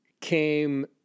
came